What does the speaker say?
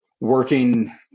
working